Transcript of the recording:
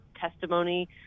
testimony